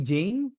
Jane